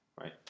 right